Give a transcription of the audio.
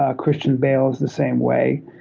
ah christian bale is the same way.